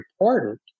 important